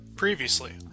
Previously